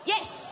Yes